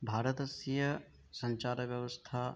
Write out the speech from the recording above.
भारतस्य सञ्चारव्यवस्था